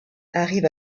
arrive